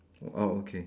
oh uh okay